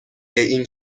این